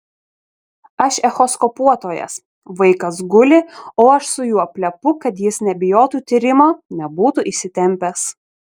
aš echoskopuotojas vaikas guli o aš su juo plepu kad jis nebijotų tyrimo nebūtų įsitempęs